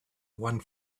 one